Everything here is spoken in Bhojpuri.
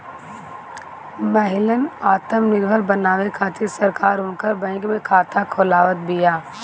महिलन आत्मनिर्भर बनावे खातिर सरकार उनकर बैंक में खाता खोलवावत बिया